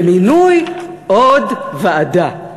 במינוי עוד ועדה,